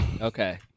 Okay